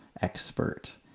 expert